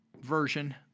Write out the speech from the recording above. version